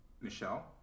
Michelle